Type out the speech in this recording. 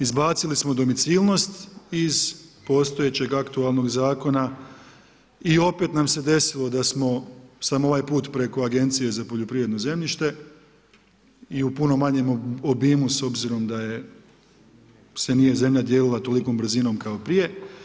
Izbacili smo domicilnost iz postojećeg aktualnog zakona i opet nam se desilo da smo, samo ovaj put preko Agencije za poljoprivredno zemljište i u puno manjem obimu, s obzirom da se nije zemlja dijelila tolikom brzinom kao prije.